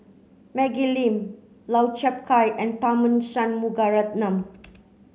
Maggie Lim Lau Chiap Khai and Tharman Shanmugaratnam